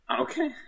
Okay